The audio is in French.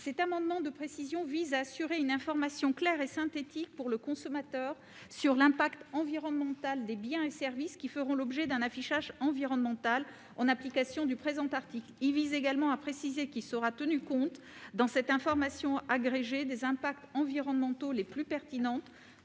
Cet amendement de précision vise à garantir au consommateur une information claire et synthétique sur l'impact environnemental des biens et services qui feront l'objet d'un affichage environnemental en application du présent article. Il tend également à préciser qu'il sera tenu compte, dans cette information agrégée, des impacts environnementaux les plus pertinents